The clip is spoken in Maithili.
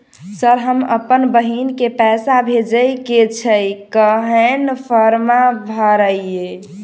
सर हम अप्पन बहिन केँ पैसा भेजय केँ छै कहैन फार्म भरीय?